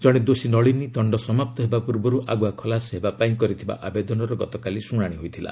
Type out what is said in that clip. ଜଣେ ଦୋଷୀ ନଳିନୀ ଦଶ୍ଡ ସମାପ୍ତ ହେବା ପୂର୍ବରୁ ଆଗୁଆ ଖଲାସ ହେବା ପାଇଁ କରିଥିବା ଆବେଦନର ଗତକାଲି ଶୁଣାଣି ହୋଇଥିଲା